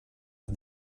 att